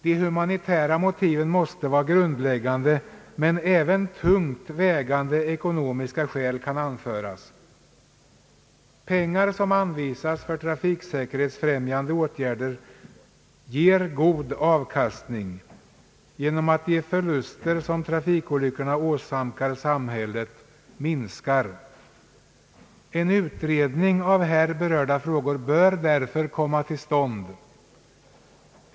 De humanitära motiven måste vara grundläggande, men även tungt vägande ekonomiska skäl kan anföras. Pengar som anvisas för trafiksäkerhetsfrämjande åtgärder ger god avkastning genom att de förluster som trafikolyckorna åsamkar samhället minskar. En utredning av här berörda frågor bör därför komma till stånd.